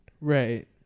Right